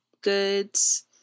goods